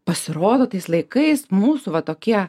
pasirodo tais laikais mūsų va tokie